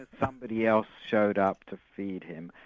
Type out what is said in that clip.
somebody else showed up to feed him.